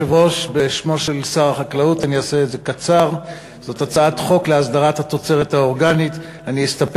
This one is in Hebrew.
אני קובע כי הצעת החוק אושרה בקריאה ראשונה ותועבר